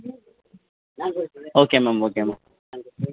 okay ma'am okay ma'am